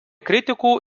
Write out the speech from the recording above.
kritikų